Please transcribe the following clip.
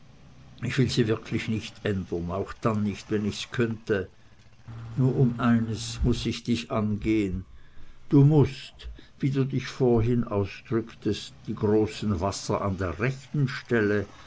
ich will sie wirklich nicht ändern auch dann nicht wenn ich's könnte nur um eines muß ich dich angehen du mußt wie du dich vorhin ausdrücktest die großen wasser an der rechten stelle